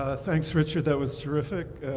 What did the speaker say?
ah thanks, richard, that was terrific.